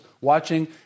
watching